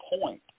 point